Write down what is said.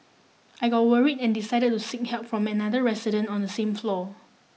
I got worried and decided to seek help from another resident on the same floor